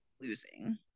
losing